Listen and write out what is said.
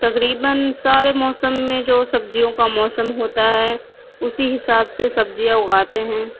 تقریباً سارے موسم میں جو سبزیوں کا موسم ہوتا ہے اسی حساب سے سبزیاں اگاتے ہیں